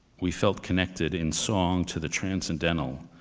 we felt connected in song to the transcendental,